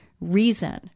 reason